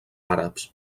àrabs